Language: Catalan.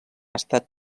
estat